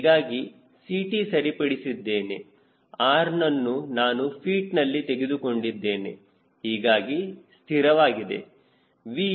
ಹೀಗಾಗಿ Ct ಸರಿಪಡಿಸಿದ್ದೇನೆ R ನನ್ನು ನಾನು ಫೀಟ್ ನಲ್ಲಿ ತೆಗೆದುಕೊಂಡಿದ್ದೇನೆ ಹೀಗಾಗಿ ಸ್ಥಿರವಾಗಿದೆ V 0